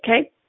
Okay